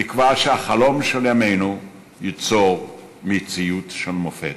תקווה שהחלום של ימינו ייצור מציאות של מופת.